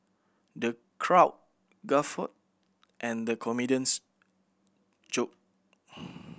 the crowd guffawed at the comedian's joke